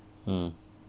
mm